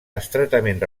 estretament